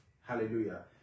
Hallelujah